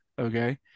okay